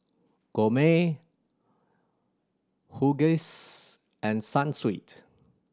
Gourmet Huggies and Sunsweet